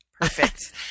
Perfect